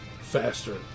faster